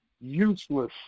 useless